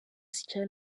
sitya